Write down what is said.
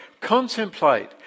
Contemplate